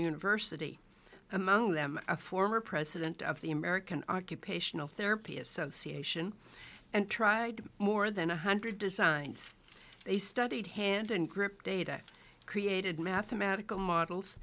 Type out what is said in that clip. university among them a former president of the american occupational therapy association and tried more than one hundred designs they studied hand and grip data created mathematical models